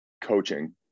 coaching